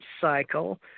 cycle